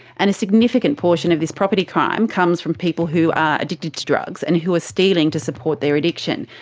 and a significant portion of this property crime comes from people who are addicted to drugs and who are stealing to support their addiction.